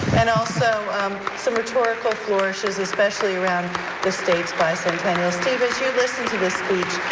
and also some rhetorical flourishes especially around the state's bicentennial. steve as you listen to this speech,